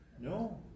No